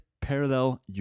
parallel